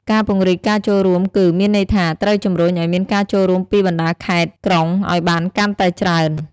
ការពង្រីកការចូលរួមគឺ មានន័យថាត្រូវជំរុញឲ្យមានការចូលរួមពីបណ្តាខេត្តក្រុងឲ្យបានកាន់តែច្រើន។